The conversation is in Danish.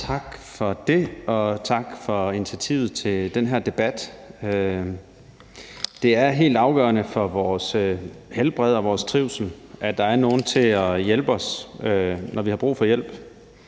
Tak for det. Og tak for initiativet til den her debat. Det er helt afgørende for vores helbred og vores trivsel, at der er nogen til at hjælpe os, når vi har brug for hjælp.